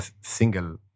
single